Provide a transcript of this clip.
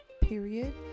Period